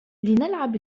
لنلعب